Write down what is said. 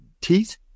teeth